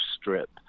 strip